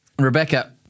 Rebecca